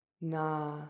na